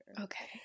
Okay